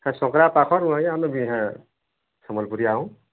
sir ସକାଲେ ଦିହେଁ ସମ୍ୱଲପୁରିୟା ହୁଁ